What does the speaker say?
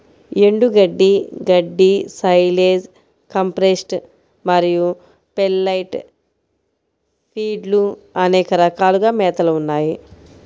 ఎండుగడ్డి, గడ్డి, silage, compressed మరియు పెల్లెట్ ఫీడ్లు అనే రకాలుగా మేతలు ఉంటాయి